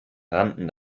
rannten